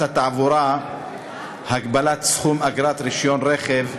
התעבורה (הגבלת סכום אגרת רישיון רכב),